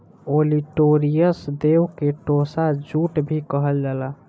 olitorius देव के tossa jute भी कहल जाला